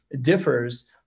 differs